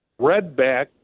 Redback